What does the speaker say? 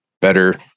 better